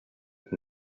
and